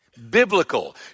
biblical